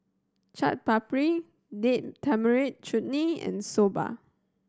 Chaat Papri Date Tamarind Chutney and Soba